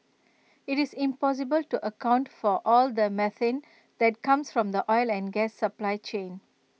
IT is impossible to account for all the methane that comes from the oil and gas supply chain